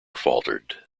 faltered